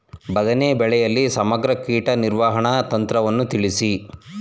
ಬದನೆ ಬೆಳೆಯಲ್ಲಿ ಸಮಗ್ರ ಕೀಟ ನಿರ್ವಹಣಾ ತಂತ್ರವನ್ನು ತಿಳಿಸಿ?